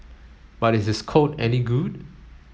but is his code any good